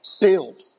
build